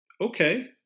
Okay